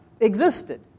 existed